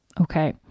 Okay